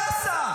לא אכפת לך?